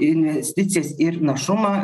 investicijas ir našumą